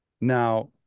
Now